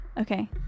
okay